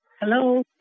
Hello